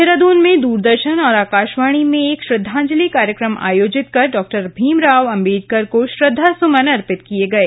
देहरादन में दरदर्शन और आकाशवाणी में एक श्रद्वांजलि कार्यक्रम आयोजित कर डॉ भीमराव अम्बेडकर को श्रद्वांसुमन अर्पित किये गये